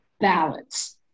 balance